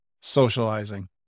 socializing